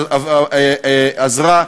שעזרה,